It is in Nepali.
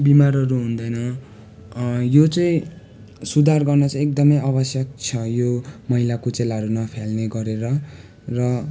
बिमारहरू हुँदैन यो चाहिँ सुधार गर्न चाहिँ एकदमै आवश्यक छ यो मैलाकुचेलाहरू नफाल्ने गरेर र